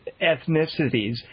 ethnicities